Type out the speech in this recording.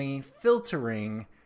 filtering